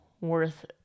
worth